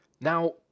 Now